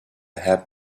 happen